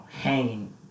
hanging